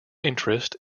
interest